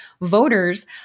voters